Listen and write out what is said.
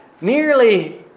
nearly